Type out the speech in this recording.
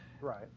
right